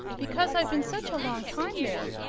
because i've been such a long time there,